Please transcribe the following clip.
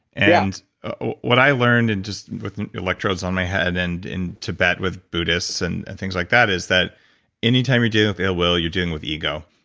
and ah what i learned and with electrodes on my head and in tibet with buddhists and and things like that is that any time you're dealing with ill will you're dealing with ego.